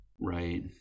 Right